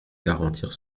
garantir